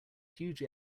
huge